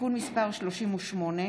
(תיקון מס' 38),